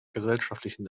gesellschaftlichen